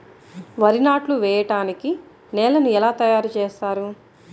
వరి నాట్లు వేయటానికి నేలను ఎలా తయారు చేస్తారు?